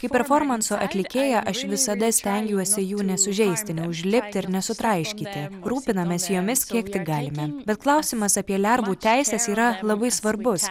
kaip performansų atlikėja aš visada stengiuosi jų nesužeisti neužlipti ir nesutraiškyti rūpinamės jomis kiek tik galime bet klausimas apie lervų teises yra labai svarbus